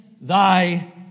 thy